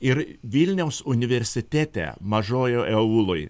ir vilniaus universitete mažojoj auloj